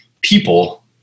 people